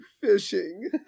fishing